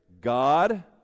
God